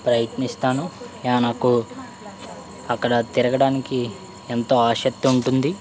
ప్రయత్నిస్తాను యా నాకు అక్కడ తిరగడానికి ఎంతో ఆసక్తి ఉంటుంది